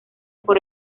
por